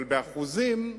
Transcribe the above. אבל באחוזים,